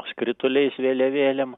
skrituliais vėliavėlėm